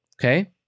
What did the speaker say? okay